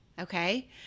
Okay